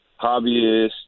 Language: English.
hobbyists